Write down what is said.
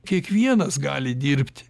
kiekvienas gali dirbti